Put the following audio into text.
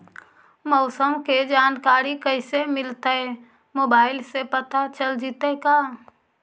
मौसम के जानकारी कैसे मिलतै मोबाईल से पता चल जितै का?